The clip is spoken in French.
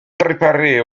préparer